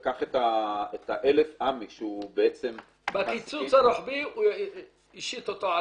לקח את ה-1,000 עמ"י --- בקיצוץ הרוחבי הוא השית אותו.